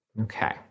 Okay